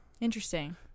interesting